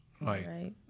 right